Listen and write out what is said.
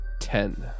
Ten